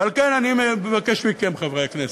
ועל כן אני מבקש מכם, חברי הכנסת,